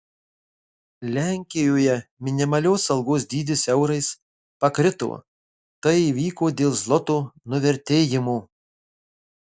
lenkijoje minimalios algos dydis eurais pakrito tai įvyko dėl zloto nuvertėjimo